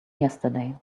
yesterday